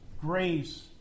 grace